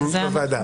בוועדה.